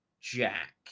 Jack